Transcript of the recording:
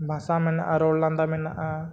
ᱡᱟᱦᱟᱸ ᱵᱷᱟᱥᱟ ᱢᱮᱱᱟᱜᱼᱟ ᱨᱚᱲᱼᱞᱟᱸᱫᱟ ᱢᱮᱱᱟᱜᱼᱟ